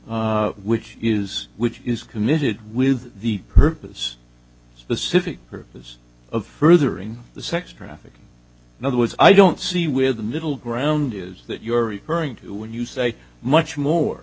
conduct which is which is committed with the purpose of specific purpose of furthering the sex trafficking in other words i don't see where the middle ground is that you're referring to when you say much more